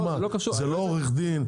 זה לא עורך דין?